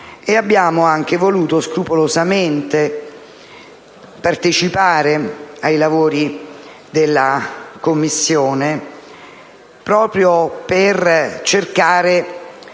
abbiamo voluto scrupolosamente partecipare ai lavori della Commissione proprio per cercare